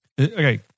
okay